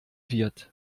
wird